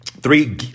Three